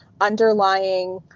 underlying